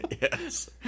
Yes